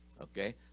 Okay